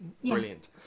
brilliant